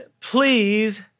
please